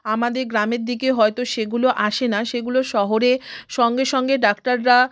আমাদে গ্রামের দিকে হয়তো সেগুলো আসে না সেগুলো শহরে সঙ্গে সঙ্গে ডাক্তাররা